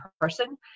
person